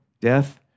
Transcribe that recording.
death